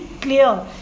clear